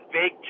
big